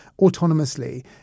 autonomously